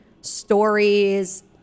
stories